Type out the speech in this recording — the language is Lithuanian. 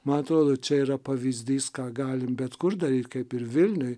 man atrodo čia yra pavyzdys ką galim bet kur daryt kaip ir vilniuj